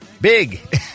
big